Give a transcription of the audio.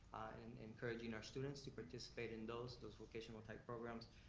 and encouraging our students to participate in those those vocational type programs.